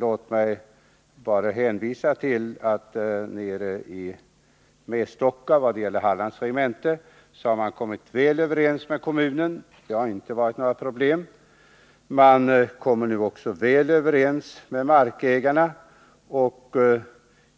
Låt mig bara hänvisa till att man nere i Mestocka — det gäller alltså Hallands regemente — har kommit väl överens med kommunen. Det har inte varit några problem. Nu kommer man också väl överens med markägarna.